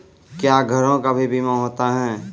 क्या घरों का भी बीमा होता हैं?